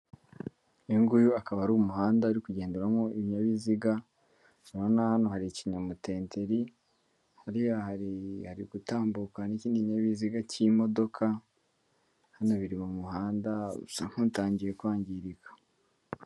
Uyu nguyu akaba ari umuhanda uri kugenderamo ibinyabiziga, urabona hano hari ikinyomoteteri hariya hari hari gutambukana n'ikindi kinyabiziga cy'imodoka hano biri mu muhanda usa nk'utangiye kwangirika.